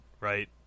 Right